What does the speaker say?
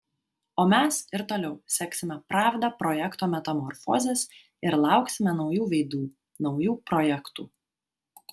o mes ir toliau seksime pravda projekto metamorfozes ir lauksime naujų veidų naujų projektų